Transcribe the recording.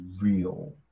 real